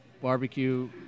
barbecue